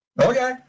Okay